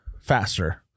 faster